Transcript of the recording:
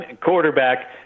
quarterback